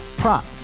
Prop